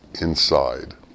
inside